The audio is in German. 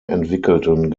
entwickelten